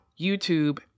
YouTube